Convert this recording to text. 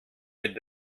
mit